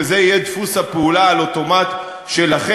וזה יהיה דפוס הפעולה-על-אוטומט שלכם,